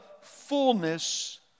fullness